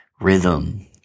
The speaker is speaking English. rhythm